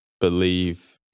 believe